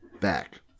back